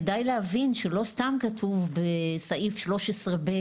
גם כדאי להבין שלא סתם כתוב בסעיף 13ב',